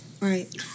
Right